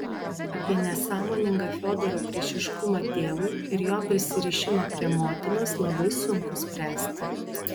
apie nesąmoningą fiodoro priešiškumą tėvui ir jo prisirišimą prie motinos labai sunku spręsti